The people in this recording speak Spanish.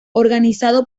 organizado